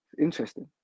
Interesting